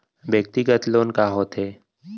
व्यक्तिगत लोन का होथे?